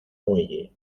muelle